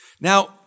Now